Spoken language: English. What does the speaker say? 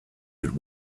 but